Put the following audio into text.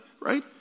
right